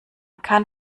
kann